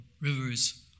rivers